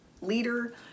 leader